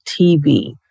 TV